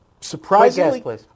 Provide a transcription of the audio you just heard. Surprisingly